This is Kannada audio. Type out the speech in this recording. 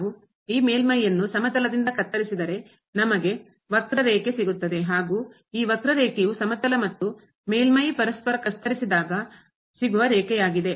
ನಾವು ಈ ಮೇಲ್ಮೈಯನ್ನು ಸಮತಲದಿಂದ ಕತ್ತರಿಸಿದರೆ ನಮಗೆ ವಕ್ರರೇಖೆ ಕರ್ವ ಸಿಗುತ್ತದೆ ಹಾಗೂ ಈ ವಕ್ರರೇಖೆಯು ಸಮತಲ ಮತ್ತು ಮೇಲ್ಮೈ ಪರಸ್ಪರ ಕತ್ತರಿಸಿದಾಗ ಇಂಟರ್ಸೆಕ್ಷನ್ ಸಿಗುವ ರೇಖೆಯಾಗಿದೆ